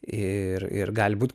ir ir gali būt